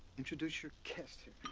introduce your guest here.